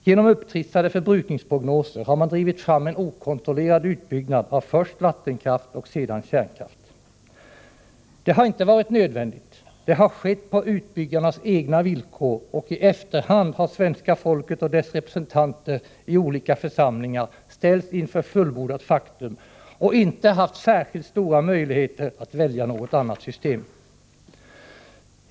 Genom upptrissade förbrukningsprognoser har man drivit fram en okontrollerad utbyggnad av först vattenkraft och sedan kärnkraft. Det har inte varit nödvändigt. Det har skett på utbyggarnas egna villkor, och i efterhand har svenska folket och dess representanter i olika församlingar ställts inför fullbordat faktum. De har inte haft särskilt stora möjligheter att välja något annat system.